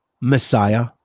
Messiah